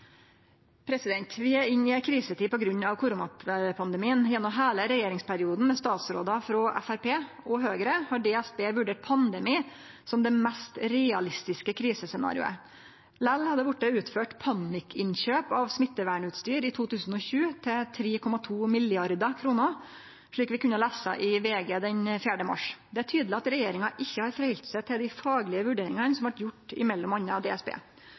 Vi er inne i ei krisetid på grunn av koronapandemien. Gjennom heile regjeringsperioden med statsrådar frå Framstegspartiet og Høgre har DSB vurdert pandemi som det mest realistiske krisescenarioet. Likevel har det vorte utført panikkinnkjøp av smittevernutstyr i 2020 til 3,2 mrd. kr, slik vi kunne lese i VG den 4. mars. Det er tydeleg at regjeringa ikkje har halde seg til dei faglege vurderingane som vart gjorde i m.a. DSB.